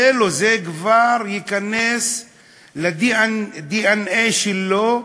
יהיה לו, זה כבר ייכנס לדנ"א שלו,